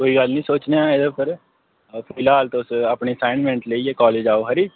कोई गल्ल नेईं सोचने आं एह्दे उप्पर फिलहाल तुस अपनी आसाइनमेंट लेइयै कालज आओ खरी